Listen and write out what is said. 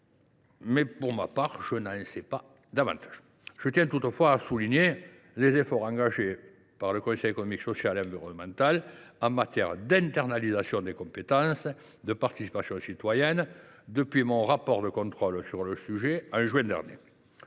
Pour ma part, je n’en sais pas davantage. Je tiens toutefois à souligner les efforts engagés par le Conseil économique, social et environnemental en matière d’internalisation des compétences de participation citoyenne depuis mon rapport de contrôle sur le sujet en juin dernier.